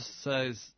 says